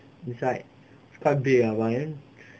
beside quite big ah but then